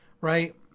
right